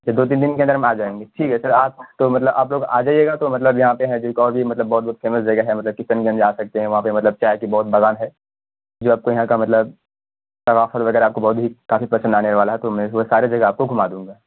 کہ دو تین دن کے اندر میں آ جائیں گے ٹھیک ہے سر آپ تو مطلب آپ لوگ آ جائیے گا تو مطلب یہاں پہ ہے جو ایک اور بھی بہت بہت فیمس جگہ ہے مطلب کشن گنج جا سکتے ہیں وہاں پہ مطلب چائے کے بہت باغ ہیں جو آپ کو یہاں کا مطلب پھل وغیرہ آپ کو بہت ہی کافی پسند آنے والا ہے تو میں اس میں سارے جگہ آپ کو گھما دوں گا